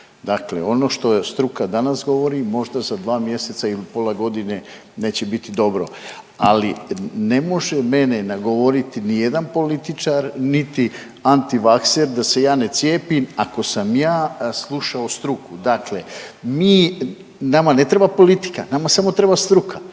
Dakle ono što struka danas govori možda za dva mjeseca ili pola godine neće biti dobro. Ali ne može mene nagovoriti ni jedan političar niti antivakser da se ja ne cijepim ako sam ja slušao struku. Dakle mi, nama ne treba politika, nama samo treba struka,